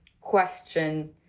question